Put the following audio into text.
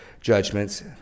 judgments